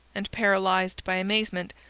and, paralyzed by amazement,